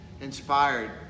inspired